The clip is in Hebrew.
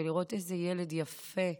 לראות איזה ילד יפה,